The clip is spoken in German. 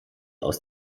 aus